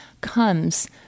comes